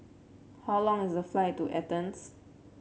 how long is the flight to Athens